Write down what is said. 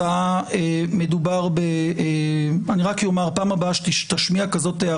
אני רק אומר: בפעם הבאה שתשמיע הערה כזאת,